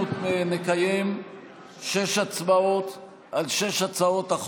אני מקווה שאני לא צריך לכל אחד לקרוא באופן אישי.